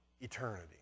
eternity